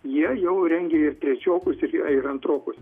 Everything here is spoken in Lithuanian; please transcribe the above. jie jau rengia ir trečiokus ir ir antrokus